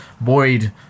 Boyd